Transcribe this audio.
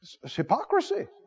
hypocrisy